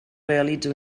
realitza